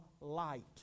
light